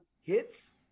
hits